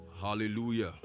Hallelujah